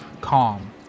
calm